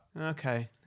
okay